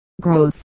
growth